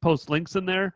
post links in there.